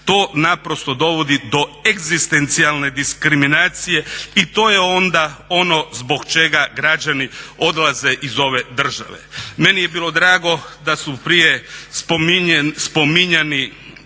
to naprosto dovodi do egzistencijalne diskriminacije i to je onda ono zbog čega građani odlaze iz ove države. Meni je bilo drago da su prije spominjani